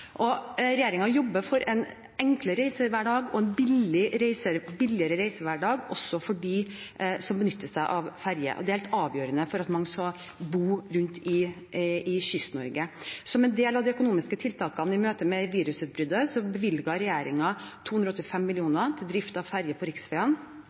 og denne regjeringen har stått for. Regjeringen jobber for en enklere og billigere reisehverdag for dem som benytter seg av ferjer. Det er helt avgjørende for at man skal kunne bo rundt omkring i Kyst-Norge. Som en del av de økonomiske tiltakene i møte med virusutbruddet bevilget regjeringen 285